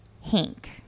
Hank